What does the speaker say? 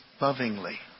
lovingly